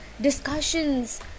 discussions